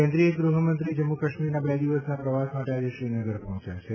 કેન્દ્રિય ગૃહમંત્રી જમ્મુકાશ્મીરના બે દિવસના પ્રવાસ માટે આજે શ્રીનગર પહોંચ્યા છે